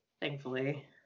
thankfully